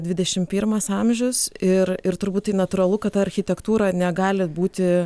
dvidešimt pirmas amžius ir ir turbūt tai natūralu kad architektūra negali būti